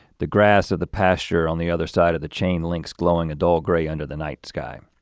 the grass of the pasture on the other side of the chain link's glowing a dull gray under the night sky.